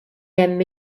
hemm